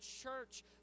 church